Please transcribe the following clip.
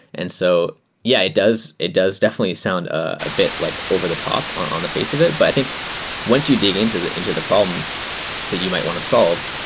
and so yeah, it does it does definitely sound a bit like over the top on the face of it, but i think once you dig into the into the problems that you might want to solve,